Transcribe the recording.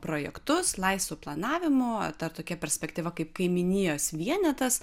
projektus laisvo planavimo dar tokia perspektyva kaip kaimynijos vienetas